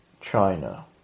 China